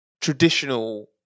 traditional